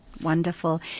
Wonderful